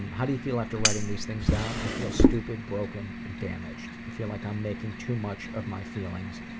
how do you feel after writing these things down? i feel stupid, broken and damaged. i feel like i'm making too much of my feelings,